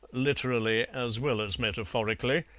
literally as well as metaphorically,